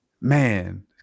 man